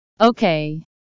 Okay